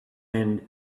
and